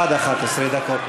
עד 11 דקות,